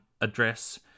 address